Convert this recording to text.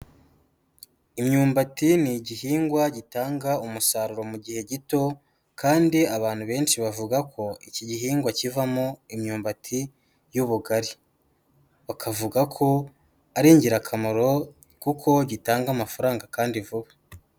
Imyumbati ni igihingwa gitanga umusaruro mu gihe gito kandi abantu benshi bavuga ko iki gihingwa kivamo imyumbati y'ubugari. Bakavuga ko ari ingirakamaro kuko gitanga amafaranga kandi vuba.